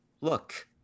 Look